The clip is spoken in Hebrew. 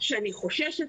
שאני חוששת.